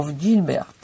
Gilbert